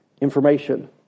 information